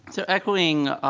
so echoing